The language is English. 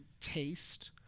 taste